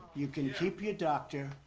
you can keep your doctor,